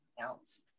else